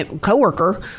co-worker